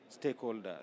stakeholders